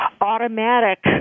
automatic